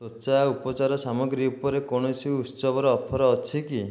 ତ୍ଵଚା ଉପଚାର ସାମଗ୍ରୀ ଉପରେ କୌଣସି ଉତ୍ସବର ଅଫର୍ ଅଛି କି